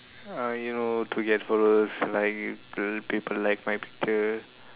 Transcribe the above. ah you know to get followers like real people like my picture